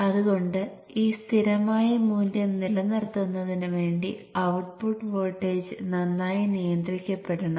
അതുകൊണ്ട് ഈ സ്ഥിരമായ മൂല്യം നിലനിർത്തുന്നതിനുവേണ്ടി ഔട്ട്പുട്ട് വോൾട്ടേജ് നന്നായി നിയന്ത്രിക്കപ്പെടണം